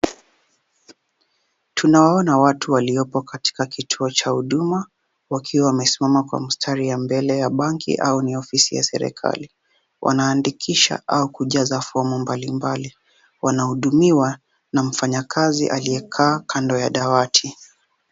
Tunawaona watu waliopo katika kituo cha hudumu wakiwa wamesimama kwa mstari ya mbele ya banki au ofisi ya serikali, wanaandikisha au kujaza fomu mbali mbali wanahudumiwa na mfanyakazi aliyekaa kando ya dawati.